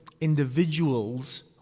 individuals